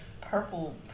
purple